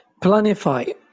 planify